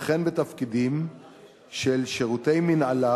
וכן בתפקידים של שירותי מינהלה,